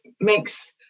makes